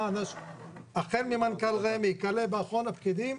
החל ממנכ"ל רמ"י, כלה באחרון הפקידים,